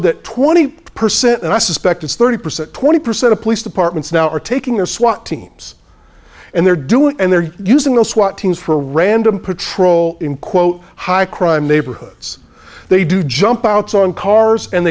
that twenty percent and i suspect it's thirty percent twenty percent of police departments now are taking their swat teams and they're doing and they're using the swat teams for random patrol in quote high crime neighborhoods they do jump outs on cars and